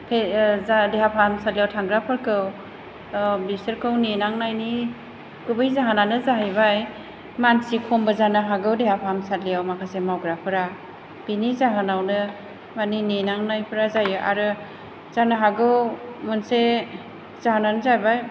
बे जा देहा फाहामसालियाव थांग्राफोरखौ बिसोरखौ नेनांनायनि गुबै जाहोनानो जाहैबाय मानसि खमबो जानो हागौ देहा फाहामसालियाव माखासे मावग्राफोरा बेनि जाहोनावनो माने नेनांनायफोरा जायो आरो जानो हागौ मोनसे जाहोनानो जाबाय